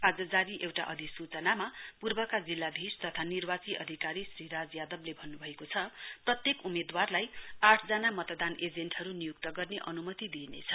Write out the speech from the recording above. आज जारी एउटा अधिसूचनामा पूर्वका जिल्लाधीश तथा निर्वाची अधिकारी श्री राज यादवले भन्नुभएको छ प्रत्येक उम्मेदवारलाई आठजना मतदान एजेन्टहरु नियुक्त गर्ने अनुमति दिइनेछ